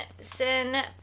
sin